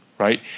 Right